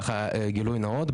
גילוי נאות.